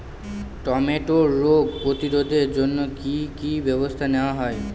টমেটোর রোগ প্রতিরোধে জন্য কি কী ব্যবস্থা নেওয়া হয়?